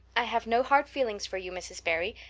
i have no hard feelings for you, mrs. barry.